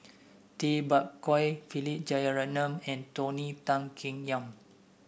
Tay Bak Koi Philip Jeyaretnam and Tony Tan Keng Yam